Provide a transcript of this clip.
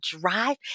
drive